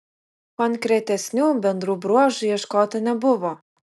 konkretesnių bendrų bruožų ieškota nebuvo